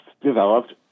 developed